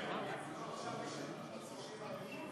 בבקשה, חבר הכנסת מיקי לוי.